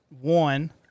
one